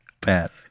Pat